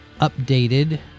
updated